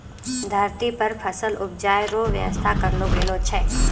धरती पर फसल उपजाय रो व्यवस्था करलो गेलो छै